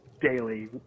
daily